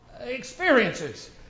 experiences